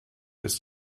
ist